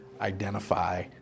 identify